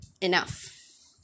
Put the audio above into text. enough